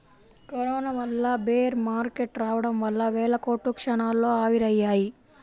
corona వల్ల bear market రావడం వల్ల వేల కోట్లు క్షణాల్లో ఆవిరయ్యాయి